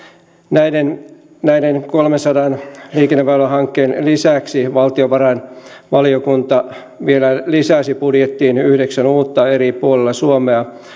näiden näiden kolmeensataan liikenneväylähankkeen lisäksi valtiovarainvaliokunta vielä lisäsi budjettiin yhdeksän uutta eri puolilla suomea